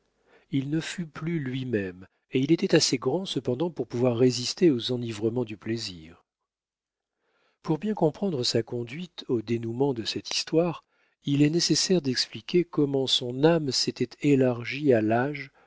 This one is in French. il ne fut plus lui-même et il était assez grand cependant pour pouvoir résister aux enivrements du plaisir pour bien comprendre sa conduite au dénoûment de cette histoire il est nécessaire d'expliquer comment son âme s'était élargie à l'âge